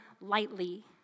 lightly